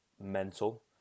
mental